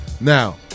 Now